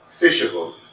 fishable